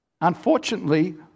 Unfortunately